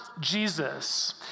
jesus